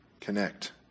connect